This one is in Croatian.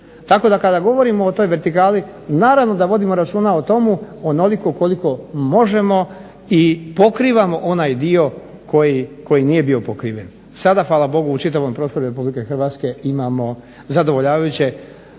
Tako da kada govorimo o toj vertikali naravno da vodimo računa o tome onoliko koliko možemo i pokrivamo onaj dio koji nije bio pokriven. Sada hvala Bogu u čitavom prostoru RH imamo zadovoljavajuće